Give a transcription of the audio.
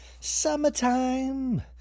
summertime